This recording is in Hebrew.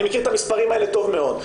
אני מכיר את המספרים האלה טוב מאוד.